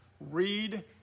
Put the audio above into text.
read